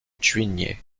juigné